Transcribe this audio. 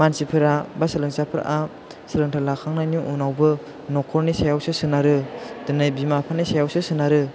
मानसिफोरा बा सोलोंसाफोरा सोलोंथाइ लाखांनायनि उनावबो नखरनि सायावसो सोनारो दिनै बिमा बिफानि सायावसो सोनारो